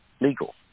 legal